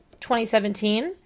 2017